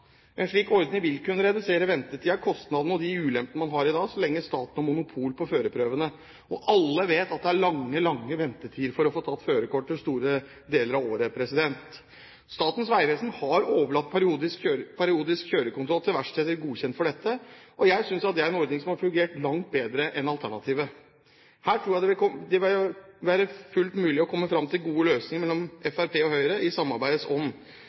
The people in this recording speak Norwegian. En slik ordning vil kunne redusere ventetiden, kostnadene og de ulempene man har i dag ved at staten har monopol på førerprøvene. Alle vet at det er lang ventetid for å få tatt førerkort store deler av året. Statens vegvesen har overlatt periodisk kjørekontroll til verksteder godkjent for dette, og jeg synes at det er en ordning som har fungert langt bedre enn alternativet. Her tror jeg det vil være fullt mulig for Fremskrittspartiet og Høyre – i samarbeidets ånd – å komme fram til gode løsninger. Fremskrittspartiet er positiv til å harmonisere førerkortbestemmelsene, og